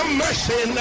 mercy